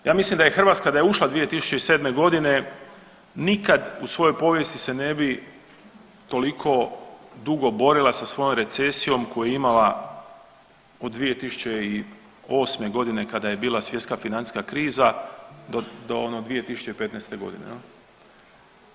Ja mislim da je Hrvatska da je ušla 2007. godine nikad u svojoj povijesti se ne bi toliko dugo borila sa svojom recesijom koju je imala od 2008. godine kada je bila svjetska financijska kriza do ono 2015. godine jel.